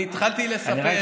אני התחלתי לספר,